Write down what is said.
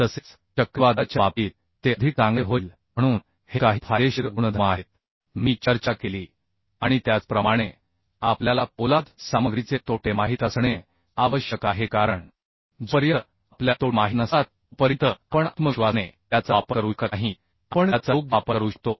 तसेच चक्रीवादळाच्या बाबतीत ते अधिक चांगले होईल म्हणून हे काही फायदेशीर गुणधर्म आहेत मी चर्चा केली आणि त्याचप्रमाणे आपल्याला पोलाद सामग्रीचे तोटे माहित असणे आवश्यक आहे कारण जोपर्यंत आपल्याला तोटे माहित नसतात तोपर्यंत आपण आत्मविश्वासाने त्याचा वापर करू शकत नाही आपण त्याचा योग्य वापर करू शकतो